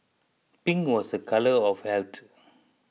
pink was a colour of health